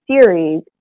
series